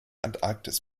antarktis